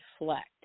reflect